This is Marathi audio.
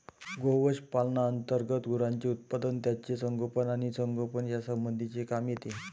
गोवंश पालना अंतर्गत गुरांचे उत्पादन, त्यांचे संगोपन आणि संगोपन यासंबंधीचे काम येते